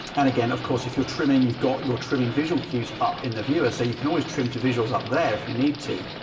and again, of course, if you're trimming you've got your trimming visual cues up in the viewer. so you can always trim to visuals up there if you need to.